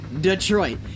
Detroit